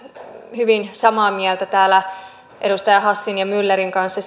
hyvin samaa mieltä edustaja hassin ja myllerin kanssa